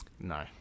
No